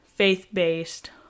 faith-based